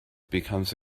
becomes